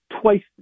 twice